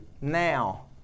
Now